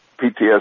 PTSD